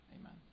Amen